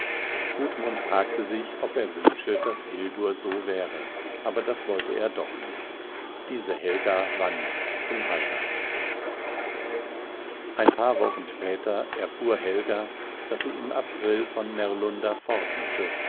hatte gudmund fragte sich ob er sich wünsche daß hildur so wäre aber das wollte er doch nicht diese helga war nichts zum heiraten ein paar wochen später erfuhr helga daß sie im april von närlunda fort